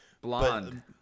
Blonde